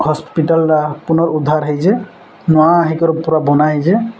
ହସ୍ପିଟାଲଟା ପୁନରୁଦ୍ଧାର ହେଇଛେ ନୂଆ ହେଇକରି ବନା ହେଇଛେ